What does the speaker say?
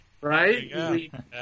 right